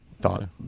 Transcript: thought